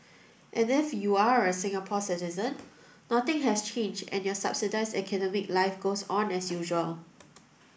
and if you're a Singaporean citizen nothing has changed and your subsidised academic life goes on as usual